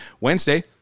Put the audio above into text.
Wednesday